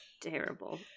terrible